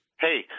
Hey